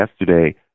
yesterday